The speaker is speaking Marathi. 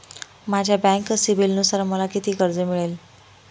माझ्या बँक सिबिलनुसार मला किती कर्ज मिळेल?